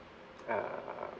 uh